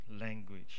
language